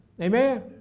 Amen